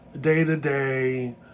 day-to-day